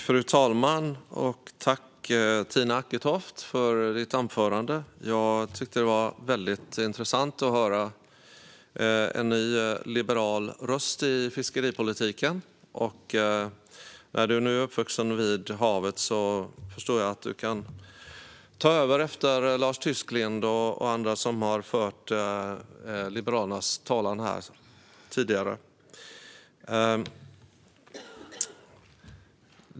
Fru talman! Tack, Tina Acketoft, för ditt anförande! Jag tyckte att det var intressant att höra en ny liberal röst i fiskeripolitiken. Är du uppvuxen vid havet förstår jag att du kan ta över efter Lars Tysklind och andra som fört Liberalernas talan här tidigare.